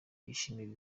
yishimira